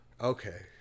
Okay